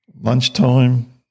lunchtime